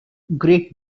great